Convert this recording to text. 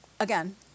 Again